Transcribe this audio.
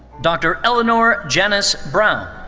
dr. ellenor janice brown.